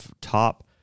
top